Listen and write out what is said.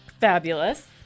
fabulous